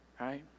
right